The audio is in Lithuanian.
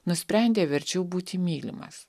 nusprendė verčiau būti mylimas